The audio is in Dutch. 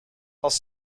als